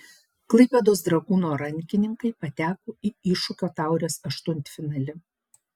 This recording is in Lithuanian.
klaipėdos dragūno rankininkai pateko į iššūkio taurės aštuntfinalį